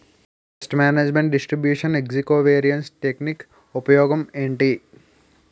paste management distribution ఏజ్జి covariance technique ఉపయోగం ఏంటి